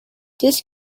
this